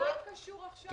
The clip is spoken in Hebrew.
מה קשור עכשיו?